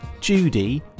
Judy